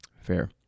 Fair